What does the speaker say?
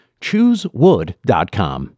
Choosewood.com